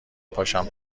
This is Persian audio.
پاشم